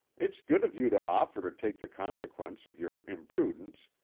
it's good of you to offer to take the consequence of your impudence,